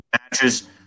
matches